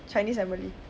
chinese and malay